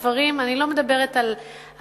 אני לא מדברת על הטייקונים,